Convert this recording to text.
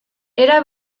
era